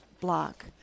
block